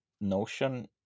Notion